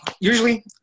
usually